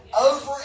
Over